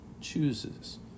chooses